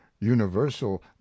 universal